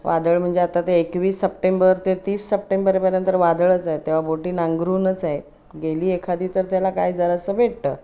वादळ म्हणजे आता ते एकवीस सप्टेंबर ते तीस सप्टेंबरेपर्यंत वादळच आहे तेव्हा बोटी नांगरूनच आहे गेली एखादी तर त्याला काय जरासं भेटतं